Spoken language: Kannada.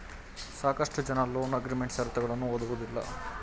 ಸಾಕಷ್ಟು ಜನ ಲೋನ್ ಅಗ್ರೀಮೆಂಟ್ ಶರತ್ತುಗಳನ್ನು ಓದುವುದಿಲ್ಲ